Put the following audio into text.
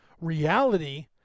Reality